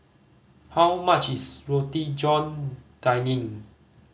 how much is Roti John Daging